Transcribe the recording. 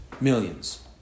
millions